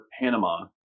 Panama